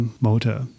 motor